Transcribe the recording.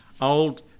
old